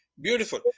Beautiful